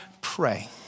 pray